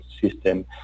system